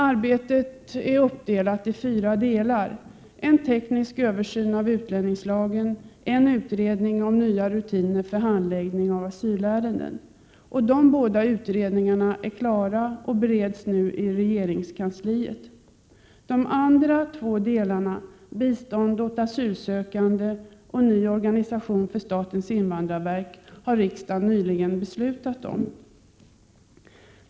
Arbetet är uppdelat i fyra delar: en teknisk översyn av utlänningslagen; en utredning om nya rutiner för handläggning av asylärenden. De båda utredningarna är klara och bereds nu i regeringskansliet. De andra två delarna — bistånd åt asylsökande och en ny organisation för statens invandrarverk — har riksdagen nyligen beslutat om.